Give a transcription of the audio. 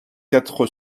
quatre